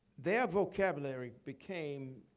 their vocabulary became,